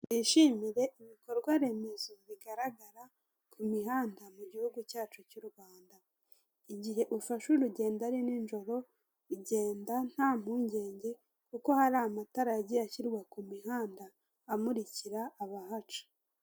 Twishimire ibikorwa remezo bigaragara ku mihanda mugihugu cyacu cy'u Rwanda. Igihe ufashe urugendo ari ninjoro, genda nta mpungenge kuko hari amatara yagiye ashyirwa kumihanda amurikira abahaca.